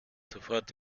sofort